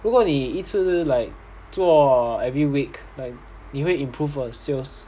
如果你一直 like 做 every week like 你会 improve your sales